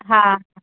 हा